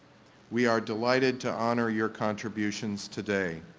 we are delighted to honor your contributions today.